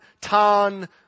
Tan